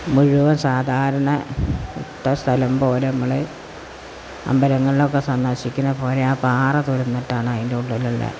മുഴുവൻ സാധാരണ ഇട്ട സ്ഥലം പോലെ നമ്മള് അമ്പലങ്ങളിലൊക്കെ സന്ദർശിക്കുന്ന പോലെ ആ പാറ തുരന്നിട്ടാണ് അതിന്റെ ഉള്ളിലുള്ള